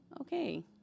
okay